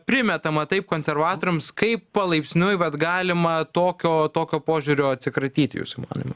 primetama taip konservatoriams kaip palaipsniui vat galima tokio tokio požiūrio atsikratyti jūsų manymu